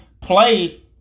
play